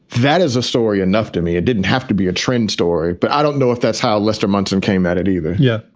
that is a story enough to me. it didn't have to be a trend story. but i don't know if that's how lester munson came at it either yeah,